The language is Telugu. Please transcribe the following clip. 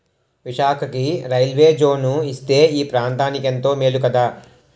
విశాఖకి రైల్వే జోను ఇస్తే ఈ ప్రాంతనికెంతో మేలు కదా